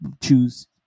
choose